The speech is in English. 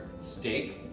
steak